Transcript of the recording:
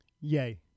Yay